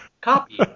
copy